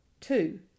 two